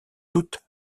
toutes